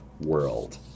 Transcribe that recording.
world